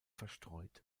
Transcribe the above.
verstreut